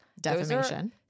defamation